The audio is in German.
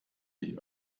die